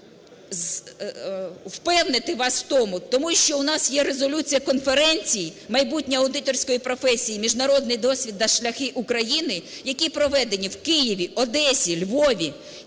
впевнити вас в тому, тому що у нас є резолюція конференцій "Майбутнє аудиторської професії: міжнародний досвід та шляхи України", які проведені в Києві, Одесі, Львові,